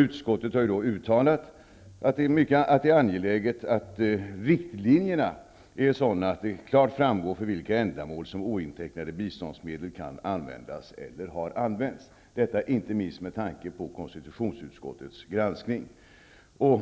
Utskottet har ju då uttalat att det är angeläget att riktlinjerna är sådana att det klart framgår för vilka ändamål ointecknade biståndsmedel kan användas eller har använts -- detta inte minst med tanke på konstitutionsutskottets granskning.